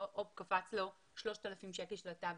הופ, קפץ לו 3,000 שקל של הטאבלט.